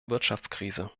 wirtschaftskrise